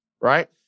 right